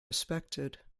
respected